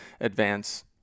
advance